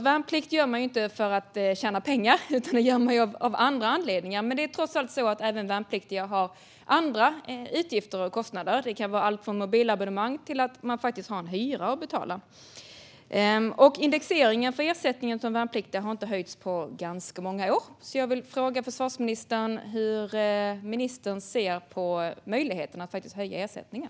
Värnplikt gör man ju inte för att tjäna pengar utan av andra anledningar, men trots allt har även värnpliktiga utgifter och kostnader. Det kan vara allt ifrån mobilabonnemang till att man faktiskt har en hyra att betala. Indexeringen av ersättningen till värnpliktiga har inte höjts på ganska många år. Jag vill därför fråga ministern hur han ser på möjligheterna att höja ersättningen.